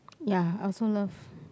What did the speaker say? ya I also love